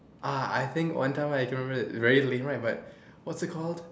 ah I think one time I remember very lame one what's it called